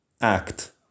act